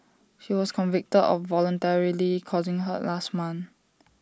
she was convicted of voluntarily causing hurt last month